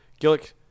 Gillick